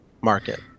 market